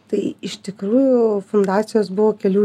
tai iš tikrųjų fundacijos buvo kelių